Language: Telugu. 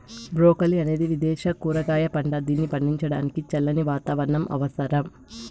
బ్రోకలి అనేది విదేశ కూరగాయ పంట, దీనిని పండించడానికి చల్లని వాతావరణం అవసరం